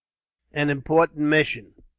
an important mission.